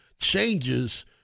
changes